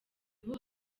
ubu